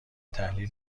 تحلیل